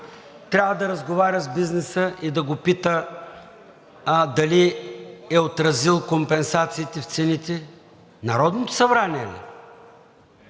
трябва да разговаря с бизнеса и да го попита дали е отразил компенсациите в цените? Народното събрание ли?